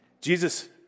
Jesus